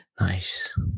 Nice